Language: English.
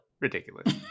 ridiculous